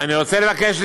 אני רוצה לבקש,